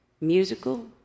musical